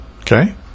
okay